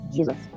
Jesus